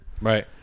right